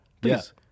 please